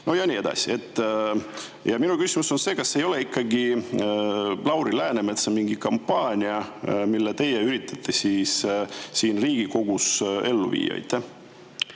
Ja nii edasi. Minu küsimus on see: kas see ei ole ikkagi Lauri Läänemetsa mingi kampaania, mida teie üritate siin Riigikogus ellu viia?